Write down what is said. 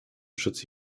schutz